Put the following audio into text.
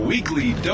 Weekly